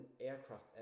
aircraft